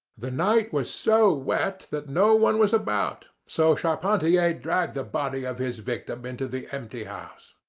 the night was so wet that no one was about, so charpentier dragged the body of his victim into the empty house.